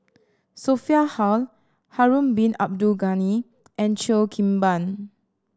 Sophia Hull Harun Bin Abdul Ghani and Cheo Kim Ban